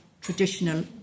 traditional